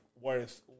worth